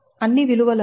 అన్ని విలువలను r 0